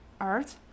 art